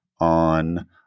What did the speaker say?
on